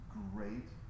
great